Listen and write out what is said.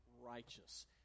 righteous